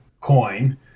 coin